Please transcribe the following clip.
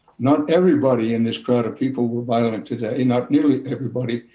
not everybody in this crowd of people were violent today. not nearly everybody.